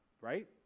right